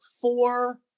four